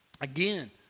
Again